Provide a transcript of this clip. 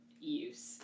use